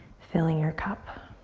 filling your cup.